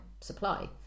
supply